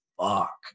fuck